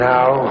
Now